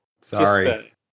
Sorry